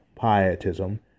pietism